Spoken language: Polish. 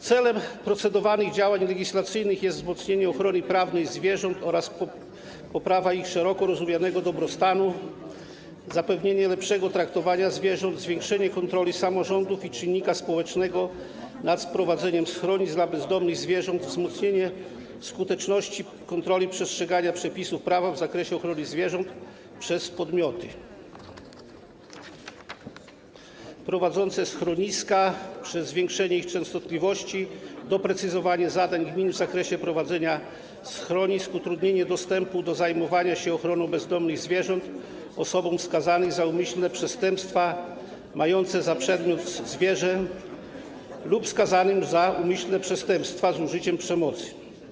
Celem procedowanych działań legislacyjnych jest wzmocnienie ochrony prawnej zwierząt oraz poprawa ich szeroko rozumianego dobrostanu, zapewnienie lepszego traktowania zwierząt, zwiększenie kontroli samorządów i czynnika społecznego nad prowadzeniem schronisk dla bezdomnych zwierząt, wzmocnienie skuteczności kontroli przestrzegania przepisów prawa w zakresie ochrony zwierząt przez podmioty prowadzące schroniska przez zwiększenie ich częstotliwości, doprecyzowanie zadań gmin w zakresie prowadzenia schronisk, utrudnienie dostępu do zajmowania się ochroną bezdomnych zwierząt osobom skazanym za umyślne przestępstwa mające za przedmiot zwierzę lub skazanym za umyślne przestępstwa z użyciem przemocy.